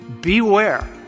Beware